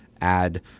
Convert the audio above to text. add